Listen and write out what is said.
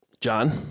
John